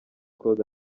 claude